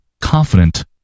confident